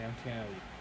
两天而已